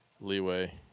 leeway